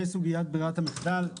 סוגית ברירת המחדל,